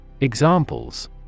Examples